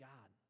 God